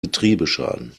getriebeschaden